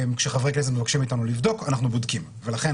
כשחברי כנסת מבקשים מאתנו לבדוק אנחנו בודקים ולכן